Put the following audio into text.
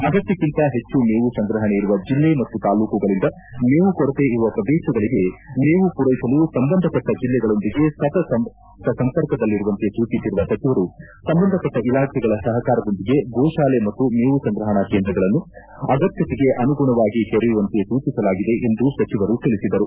ಅಗತ್ಯಕ್ಷಿಂತ ಹೆಚ್ಚು ಮೇವು ಸಂಗ್ರಹಣೆ ಇರುವ ಜಿಲ್ಲೆ ಮತ್ತು ತಾಲೂಕುಗಳಿಂದ ಮೇವು ಕೊರತೆ ಇರುವ ಪ್ರದೇಶಗಳಿಗೆ ಮೇವು ಪೂರೈಸಲು ಸಂಬಂಧಪಟ್ಟ ಜಿಲ್ಲೆಗಳೊಂದಿಗೆ ಸತತ ಸಂಪರ್ಕದಲ್ಲಿರುವಂತೆ ಸೂಚಿಸಿರುವ ಸಚಿವರು ಸಂಬಂಧಪಟ್ಟ ಇಲಾಖೆಗಳ ಸಹಕಾರದೊಂದಿಗೆ ಗೋಶಾಲೆ ಮತ್ತು ಮೇವು ಸಂಗ್ರಹಣಾ ಕೇಂದ್ರಗಳನ್ನು ಆಗತ್ಯತೆಗೆ ಅನುಗುಣವಾಗಿ ತೆರೆಯುವಂತೆ ಸೂಚಿಸಲಾಗಿದೆ ಎಂದು ಸಚಿವರು ತಿಳಿಸಿದರು